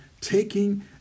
taking